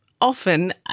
often